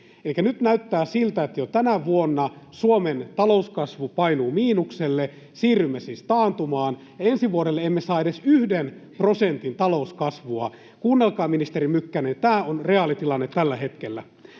nyt näyttää siltä, että jo tänä vuonna Suomen talouskasvu painuu miinukselle, siirrymme siis taantumaan, ja ensi vuodelle emme saa edes yhden prosentin talouskasvua. Kuunnelkaa, ministeri Mykkänen — tämä on reaalitilanne tällä hetkellä.